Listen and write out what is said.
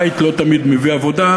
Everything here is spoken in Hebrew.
בית לא תמיד מביא עבודה,